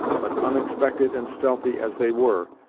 but, unexpected and stealthy as they were,